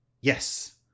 yes